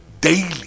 daily